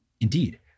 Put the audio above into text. Indeed